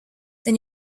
then